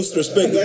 respect